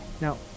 Now